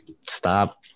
stop